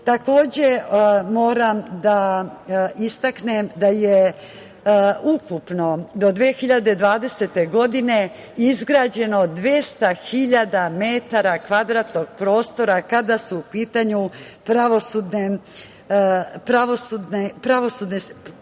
sudija. Takođe moram da istaknem da je ukupno do 2020. godine izgrađeno 200 hiljada metara kvadratnog prostora, kada su u pitanju pravosudni